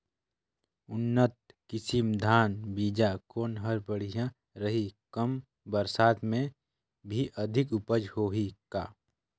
उन्नत किसम धान बीजा कौन हर बढ़िया रही? कम बरसात मे भी अधिक उपज होही का?